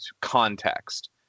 context